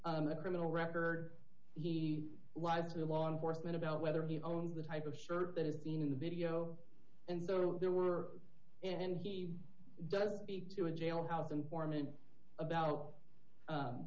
a criminal record he lives in law enforcement about whether he owns the type of shirt that had been in the video and there were and he does speak to a jailhouse informant about